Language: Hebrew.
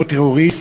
כל טרוריסט,